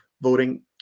voting